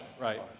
right